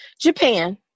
Japan